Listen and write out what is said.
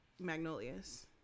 Magnolias